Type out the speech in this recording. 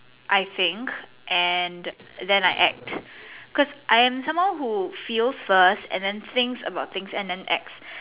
I think and then I act because I am someone who feels first and then think about things and then act